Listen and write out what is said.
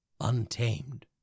untamed